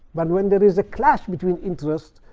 but when there is a clash between interests,